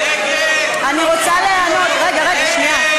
רגע, שנייה.